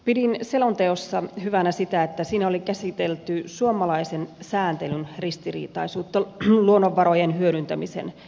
pidin selonteossa hyvänä sitä että siinä oli käsitelty suomalaisen sääntelyn ristiriitaisuutta luonnonvarojen hyödyntämisen esteenä